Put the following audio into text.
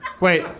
Wait